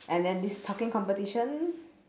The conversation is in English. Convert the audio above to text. and then this talking competition